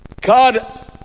God